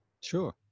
sure